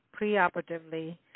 preoperatively